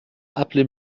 appelez